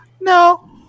No